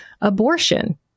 abortion